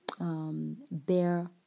bear